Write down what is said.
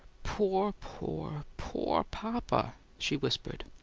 poor, poor, poor papa! she whispered.